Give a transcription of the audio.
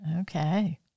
Okay